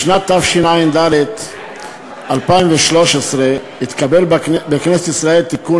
בשנת תשע"ד 2013 התקבל בכנסת ישראל תיקון